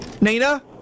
Nina